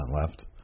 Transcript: left